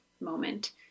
moment